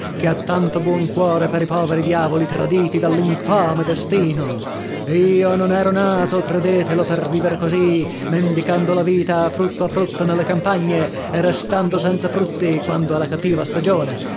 che ha tanto buon cuore per i poveri diavoli traditi dall'infame destino io non ero nato credetelo per viver così mendicando la vita a frutto a frutto nelle campagne e restando senza frutti quando è la cattiva stagione